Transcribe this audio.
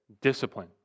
discipline